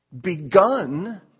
begun